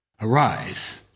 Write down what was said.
arise